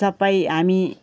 सबै हामी